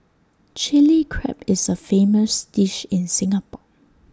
Chilli Crab is A famous dish in Singapore